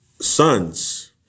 sons